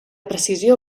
precisió